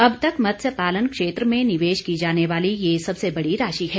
अब तक मत्स्य पालन क्षेत्र में निवेश की जाने वाली ये सबसे बड़ी राशि है